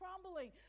crumbling